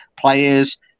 Players